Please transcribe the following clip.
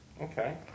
Okay